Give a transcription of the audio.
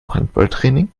handballtraining